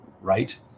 right